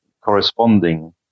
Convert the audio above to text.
corresponding